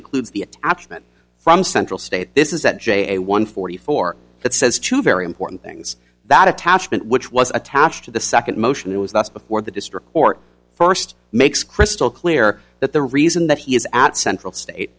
includes the absent from central state this is that j one forty four that says to very important things that attachment which was attached to the second motion it was that's before the district court first makes crystal clear that the reason that he is at central state